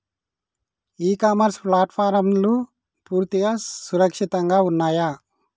ఇ commerce ప్లాట్ఫారమ్లు పూర్తిగా సురక్షితంగా ఉన్నయా?